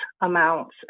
amounts